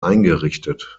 eingerichtet